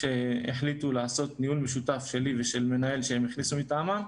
כשהחליטו לעשות ניהול משותף שלי ושל מנהל שהם הכניסו מטעמם,